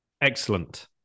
excellent